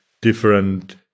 different